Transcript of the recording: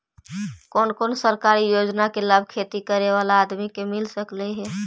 कोन कोन सरकारी योजना के लाभ खेती करे बाला आदमी के मिल सके हे?